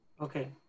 Okay